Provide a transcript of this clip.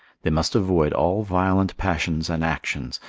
they must avoid all violent passions and actions,